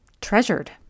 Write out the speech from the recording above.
treasured